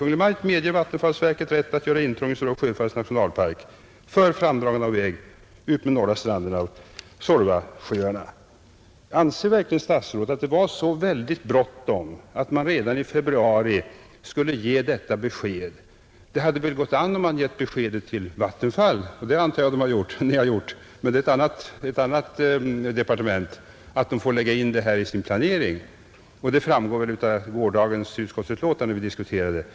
Maj:t medger vattenfallsverket rätt att göra intrång i Stora Sjöfallets nationalpark för framdragande av väg utmed norra stranden av Suorvasjöarna.” Anser verkligen statsrådet att det var så bråttom att man redan i februari behövde lämna detta besked? Det hade väl gått an om man lämnat beskedet till Vattenfall — det antar jag att Kungl. Maj:t gjort, men det gäller ett annat departement — att verket skulle få lägga in denna väg i sin planering. Det framgår väl också av det utskottsbetänkande som vi diskuterade i går.